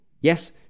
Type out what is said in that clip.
Yes